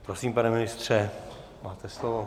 Prosím, pane ministře, máte slovo.